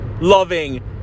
loving